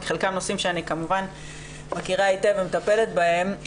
חלקם נושאים שאני כמובן מכירה היטב ומטפלת בהם,